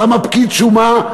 למה פקיד שומה,